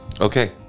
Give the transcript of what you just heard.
Okay